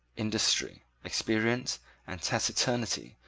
industry, experience and taciturnity,